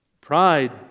Pride